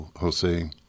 Jose